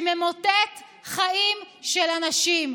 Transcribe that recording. שממוטט חיים של אנשים.